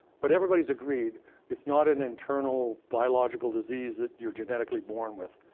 but everybody's agreed it's not an internal biological disease that you're genetically born with.